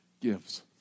gives